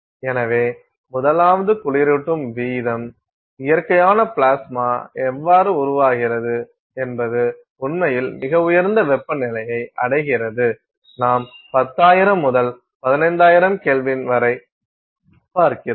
எனவே முதலாவது குளிரூட்டும் வீதம் இயற்கையாக பிளாஸ்மா எவ்வாறு உருவாகிறது என்பது உண்மையில் மிக உயர்ந்த வெப்பநிலையை அடைகிறது நாம் 10000 முதல் 15000K வரை பார்க்கிறோம்